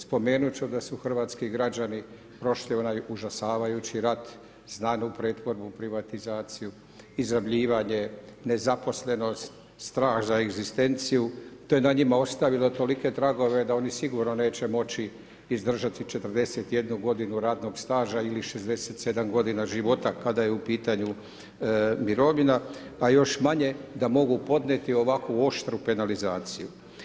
Spomenuti ću da su hrvatski građani prošli onaj užasavajući rat, znadu pretvorbu i privatizaciju, izrabljivanje, nezaposlenost, strah za egzistenciju, te na njima ostavilo tolike tragove da oni sigurno neće moći izdržati 41 godinu radnog staža ili 67 godina života kada je u pitanju mirovina, a još manje da mogu podnijeti ovakvu oštru penalizaciju.